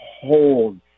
hold